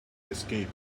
escape